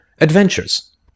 adventures